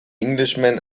englishman